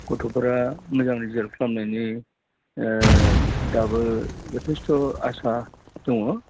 गथ'फोरा मोजां रिजाल्ट खालामनायनि दाबो जथेस्त' आसा दङ